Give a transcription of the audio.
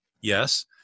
Yes